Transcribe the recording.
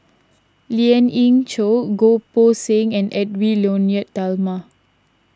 Lien Ying Chow Goh Poh Seng and Edwy Lyonet Talma